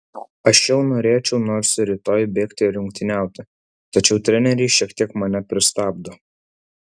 aš jau norėčiau nors ir rytoj bėgti rungtyniauti tačiau treneriai šiek tiek mane pristabdo